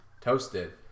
toasted